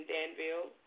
Danville